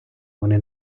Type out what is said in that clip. вони